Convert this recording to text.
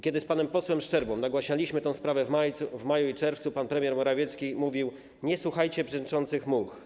Kiedy z panem posłem Szczerbą nagłaśnialiśmy tę sprawę w maju i czerwcu, pan premier Morawiecki mówił: Nie słuchajcie brzęczących much.